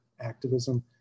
activism